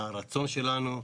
הרצון שלנו הוא